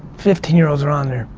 fifteen year olds are on there.